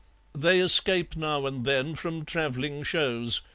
they escape now and then from travelling shows.